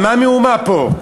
על מה המהומה פה?